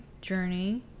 journey